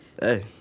Hey